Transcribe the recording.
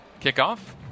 kickoff